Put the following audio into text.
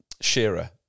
Shearer